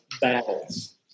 battles